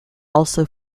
also